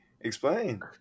Explain